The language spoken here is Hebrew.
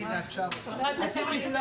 הישיבה